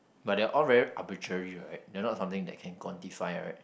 but they are all very arbitrary right they are not something that can quantify right